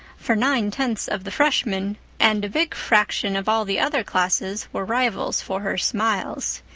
for nine-tenths of the freshmen and a big fraction of all the other classes were rivals for her smiles.